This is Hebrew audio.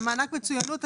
מענק מצוינות,